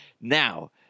Now